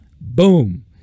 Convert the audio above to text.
Boom